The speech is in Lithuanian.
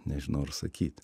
nežinau ar sakyt